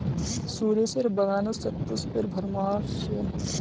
सुरेशेर बागानत शतपुष्पेर भरमार छ